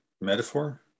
metaphor